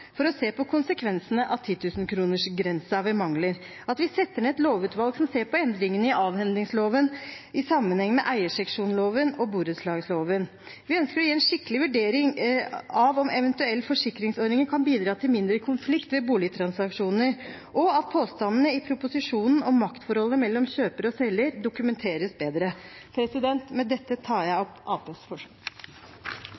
å se på konsekvensene av 10 000 kr-grensen ved mangler, og at vi setter ned et lovutvalg som ser på endringene i avhendingsloven i sammenheng med eierseksjonsloven og borettslagsloven. Vi ønsker å gi en skikkelig vurdering av om eventuelt forsikringsordninger kan bidra til mindre konflikt ved boligtransaksjoner, og at påstandene i proposisjonen om maktforholdet mellom kjøper og selger dokumenteres bedre. Med dette anbefaler jeg